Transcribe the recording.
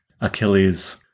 Achilles